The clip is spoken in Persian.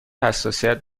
حساسیت